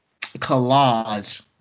collage